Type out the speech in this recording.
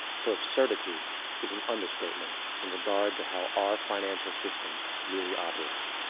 for absurdity is an understatement in regard to how our financial system really operates.